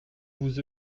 vous